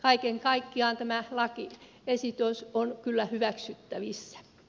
kaiken kaikkiaan tämä lakiesitys on kyllä hyväksyttävissä